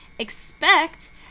expect